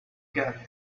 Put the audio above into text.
got